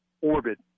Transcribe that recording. orbit